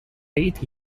eight